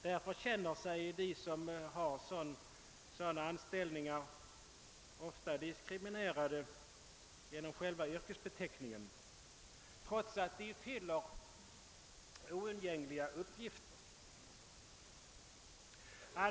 Därför känner sig de som har sådana anställningar ofta diskriminerade redan genom yrkesbeteckningen trots att de fullgör oundgängliga arbetsuppgifter.